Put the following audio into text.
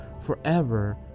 forever